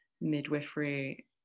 midwifery